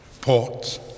ports